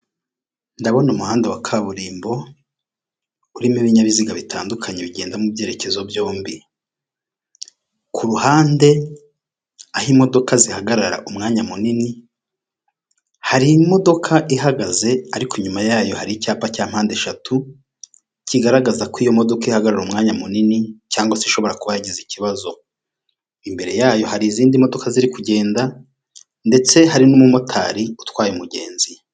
Ndabona umuhanda wa kaburimbo urimo ibinyabiziga bitandukanye bigenda mu byerekezo byombi ku ruhande aho imodoka zihagarara umwanya munini hari imodoka ihagaze ariko inyuma yayo hari icyapa cya mpande eshatu kigaragaza ko iyo modoka ihagarara umwanya munini cyangwa se ishobora kuba yagize ikibazo imbere yayo hari izindi modoka ziri kugenda ndetse hari n'umumotari utwaye umugenzi .